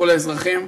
כל האזרחים,